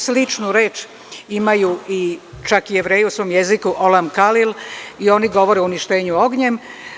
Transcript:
Sličnu reč imaju čak i Jevreji u svom jeziku, „olam kalil“ i oni govore o uništenju ognjem.